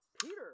Peter